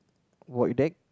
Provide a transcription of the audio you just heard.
void deck